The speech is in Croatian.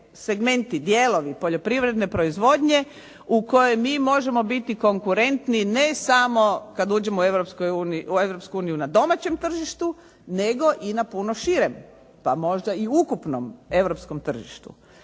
segmenti, dijelovi poljoprivredne proizvodnje u kojoj mi možemo biti konkurentni, ne samo kad uđemo u Europsku uniju na domaćem tržištu, nego i na puno širem, pa možda i ukupnom europskom tržištu.